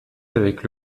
avec